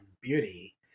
beauty